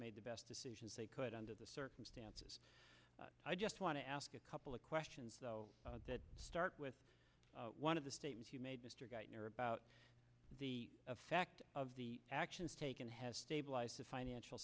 made the best decisions they could under the circumstances i just want to ask a couple of questions that start with one of the statements you made mr geithner about the fact of the actions taken has stabilized the financial